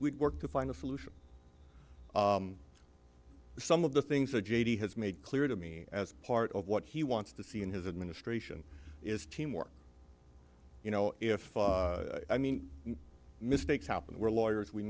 would work to find a solution to some of the things that j t has made clear to me as part of what he wants to see in his administration is teamwork you know if i mean mistakes happen we're lawyers we